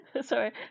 Sorry